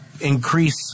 increase